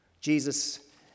Jesus